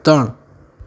ત્રણ